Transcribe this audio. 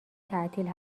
تعطیل